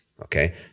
okay